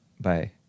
Bye